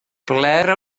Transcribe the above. ble